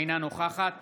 אינה נוכחת